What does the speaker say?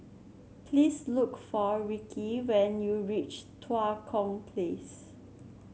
please look for Ricci when you reach Tua Kong Place